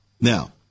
Now